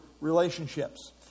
relationships